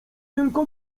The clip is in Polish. tylko